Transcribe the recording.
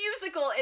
musical